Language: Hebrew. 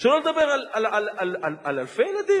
שנורו "קטיושות"